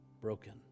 broken